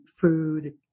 food